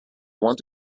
want